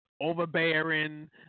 overbearing